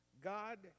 God